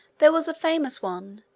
there was a famous one,